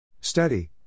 Study